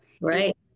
Right